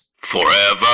Forever